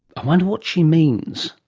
i wonder what she means,